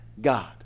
God